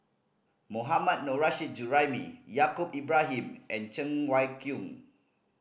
Mohammad Nurrasyid Juraimi Yaacob Ibrahim and Cheng Wai Keung